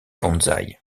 bonsaï